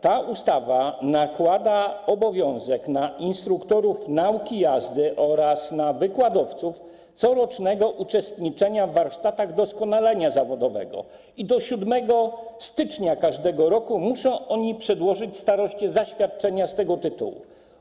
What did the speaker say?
Ta ustawa nakłada na instruktorów nauki jazdy oraz na wykładowców obowiązek corocznego uczestniczenia w warsztatach doskonalenia zawodowego i do 7 stycznia każdego roku muszą oni przedłożyć staroście zaświadczenia z tego tytułu.